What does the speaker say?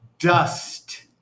Dust